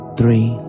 three